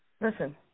Listen